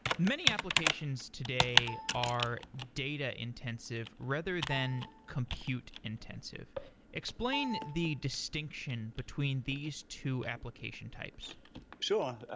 many applications today are data-intensive rather than compute-intensive. explain the distinction between these two application types sure.